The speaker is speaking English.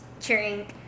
cheering